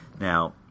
Now